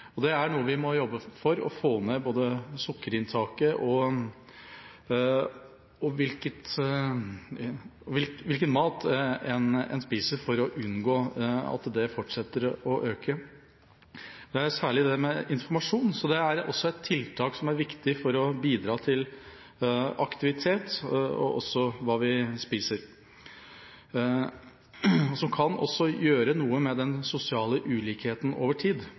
Det er noe vi må jobbe med for å få ned. Vi må se på både sukkerinntaket og hvilken mat en spiser, for å unngå at det fortsetter å øke. Det er særlig dette med informasjon. Det er også et tiltak som er viktig for å bidra til aktivitet og også til hva vi spiser, og som kan gjøre noe med den sosiale ulikheten over tid,